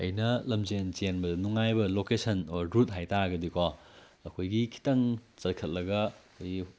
ꯑꯩꯅ ꯂꯝꯖꯦꯜ ꯆꯦꯟꯕꯗ ꯅꯨꯡꯉꯥꯏꯕ ꯂꯣꯀꯦꯁꯟ ꯑꯣꯔ ꯔꯨꯠ ꯍꯥꯏ ꯇꯥꯔꯒꯗꯤꯀꯣ ꯑꯩꯈꯣꯏꯒꯤ ꯈꯤꯇꯪ ꯆꯠꯈꯠꯂꯒ ꯑꯩꯈꯣꯏꯒꯤ